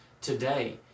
today